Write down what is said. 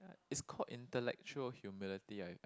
it's called intellectual humility I